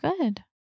Good